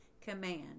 command